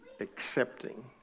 accepting